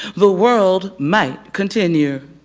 the world might continue.